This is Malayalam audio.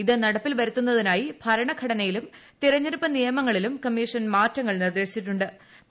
ഇത് നടപ്പിൽ വരുത്തുന്നതിനായി ഭരണ ഘടനയിലും തെരെഞ്ഞെടുപ്പ് നിയമങ്ങളിലും കമ്മീഷൻ മാറ്റങ്ങൾ നിർദ്ദേശിച്ചിട്ടു ്